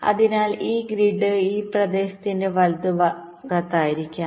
അതിനാൽ ഈ ഗ്രിഡ് ആ പ്രദേശത്തിന്റെ വലതുഭാഗത്തായിരിക്കും